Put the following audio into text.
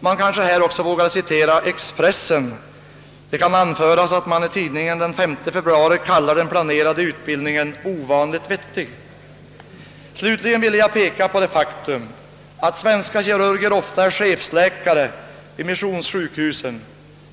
Jag kanske i detta sammanhang också vågar citera Expressen, som den 15 februari kallade den planerade utbildningen »ovanligt vettig». Slutligen vill jag peka på det faktum att svenska kirurger ofta är chefsläkare vid missionssjukhusen.